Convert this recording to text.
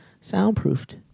soundproofed